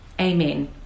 Amen